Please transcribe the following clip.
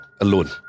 alone